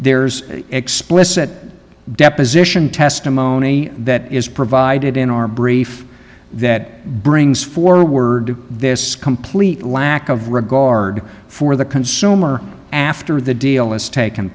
there's explicit deposition testimony that is provided in our brief that brings forward this complete lack of regard for the consumer after the deal has taken